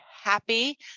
happy